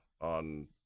on